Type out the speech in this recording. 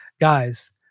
guys